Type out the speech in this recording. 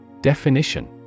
Definition